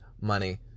money